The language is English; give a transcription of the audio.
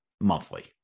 monthly